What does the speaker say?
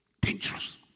dangerous